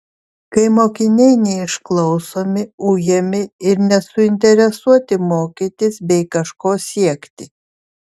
kai mokiniai neišklausomi ujami ir nesuinteresuoti mokytis bei kažko siekti